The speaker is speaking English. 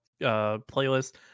playlist